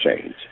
change